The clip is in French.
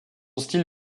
style